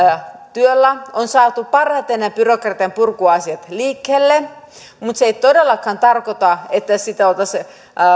työllä on hänen hallinnonalallaan saatu parhaiten byrokratianpurkuasiat liikkeelle mutta se ei todellakaan tarkoita että sitä oltaisiin